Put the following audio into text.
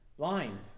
Blind